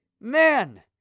man